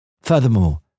Furthermore